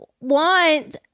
want